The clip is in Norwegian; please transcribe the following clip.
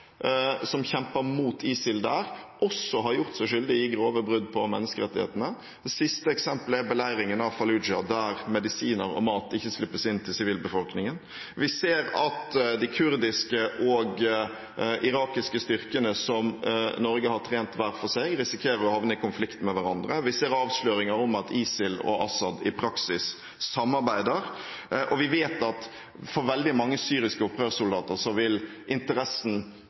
som kjemper mot ISIL der, også har gjort seg skyldig i grove brudd på menneskerettighetene. Det siste eksemplet er beleiringen av Fallujah, der medisiner og mat ikke slippes inn til sivilbefolkningen. Vi ser at de kurdiske og irakiske styrkene som Norge har trent hver for seg, risikerer å havne i konflikt med hverandre. Vi ser avsløringer om at ISIL og Assad i praksis samarbeider, og vi vet at for veldig mange syriske opprørssoldater, vil interessen